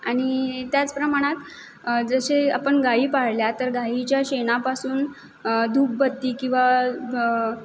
आणि त्याचप्रमाणात जसे आपण गायी पाळल्या तर गाईच्या शेणापासून धूपबत्ती किंवा